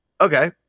Okay